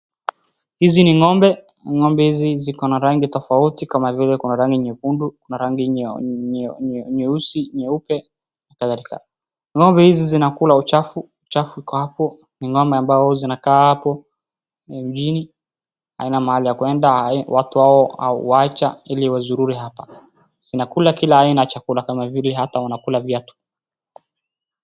Hizi ni ng'ombe, ng'ombe hizi ziko na rangi tofauti kama vile kuna rangi nyekundu, kuna rangi nyeusi, nyeupe na kadhalika. Ng'ombe hizi zinakula uchafu. Uchafu iko hapo, ni ng'ombe ambao zinakaa hapo mjini. Haina mahali ya kwenda, watu wao huacha ili wazurure hapa. Zinakula kila aina ya chakula kama vile hata wanakula viatu.